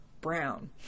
brown